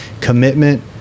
commitment